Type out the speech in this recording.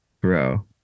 Bro